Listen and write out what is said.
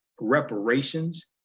reparations